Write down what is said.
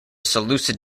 seleucid